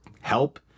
help